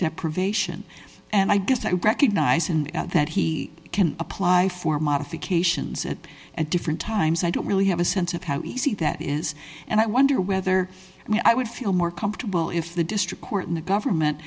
deprivation and i guess i recognise in that he can apply for modifications at different times i don't really have a sense of how easy that is and i wonder whether i would feel more comfortable if the district court and the government